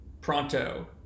Pronto